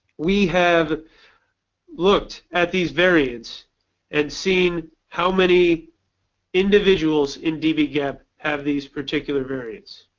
we have looked at these variants and seen how many individuals in dbgap have these particular variants.